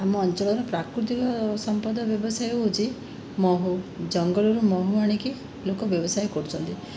ଆମ ଅଞ୍ଚଳର ପ୍ରାକୃତିକ ସମ୍ପଦ ବ୍ୟବସାୟ ହେଉଛି ମହୁ ଜଙ୍ଗଲରୁ ମହୁ ଆଣିକି ଲୋକ ବ୍ୟବସାୟ କରୁଛନ୍ତି